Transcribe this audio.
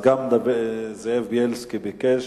גם זאב בילסקי ביקש